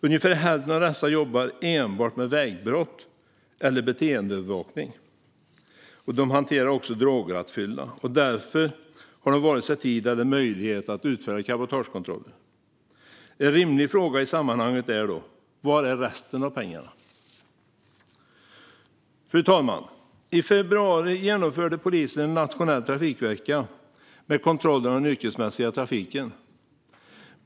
Ungefär hälften av dessa jobbar enbart med vägbrott eller beteendeövervakning. De hanterar också drograttfylla och har därför varken tid eller möjlighet att utföra cabotagekontroller. En rimlig fråga i sammanhanget är: Var är resten av pengarna? Fru talman! I februari genomförde polisen en nationell trafikvecka med kontroller av den yrkesmässiga trafiken.